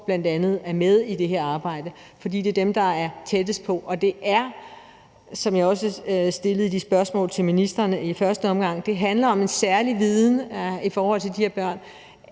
Unge & Sorg er med i det her arbejde, fordi det er dem, der er tættest på. Som jeg også stillede som spørgsmål til ministeren i første omgang, handler det om en særlig viden i forhold til de her børn.